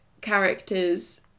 characters